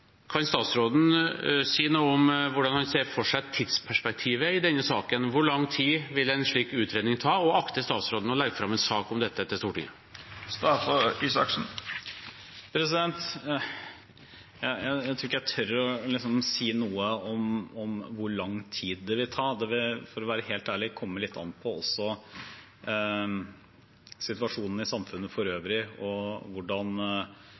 Kan statsråden si noe om hvordan han ser for seg tidsperspektivet i denne saken? Hvor lang tid vil en slik utredning ta, og akter statsråden å legge fram en sak om dette til Stortinget? Jeg tror ikke jeg tør å si noe om hvor lang tid det vil ta. Det vil, for å være helt ærlig, også komme litt an på situasjonen i samfunnet for øvrig, og hvordan